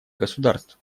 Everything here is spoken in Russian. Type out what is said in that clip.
государств